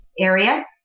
area